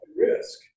risk